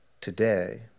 today